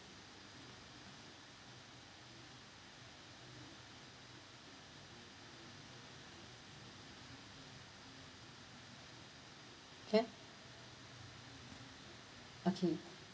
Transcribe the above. can okay